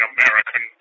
American